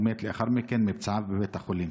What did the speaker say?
הוא מת לאחר מכן מפצעיו בבית החולים.